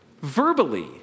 verbally